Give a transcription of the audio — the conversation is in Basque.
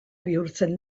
bihurtzen